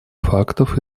фактов